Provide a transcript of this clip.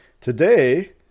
today